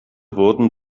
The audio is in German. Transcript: wurden